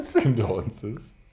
Condolences